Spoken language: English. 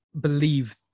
believe